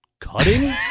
cutting